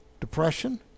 depression